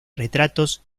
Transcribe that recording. retratos